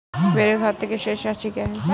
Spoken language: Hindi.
मेरे खाते की शेष राशि क्या है?